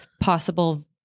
possible